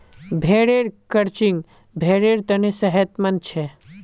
भेड़ेर क्रचिंग भेड़ेर तने सेहतमंद छे